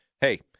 hey